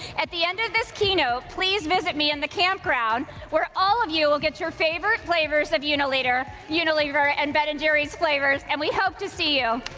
at the end of this keynote, please visit me in the camp ground, where all of you will get your favorite flavors of you know unilever and but jerry's flavors, and we hope to see you.